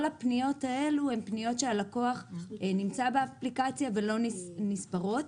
כל הפניות האלה הן פניות שהלקוח נמצא באפליקציה ולא נספרות.